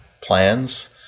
plans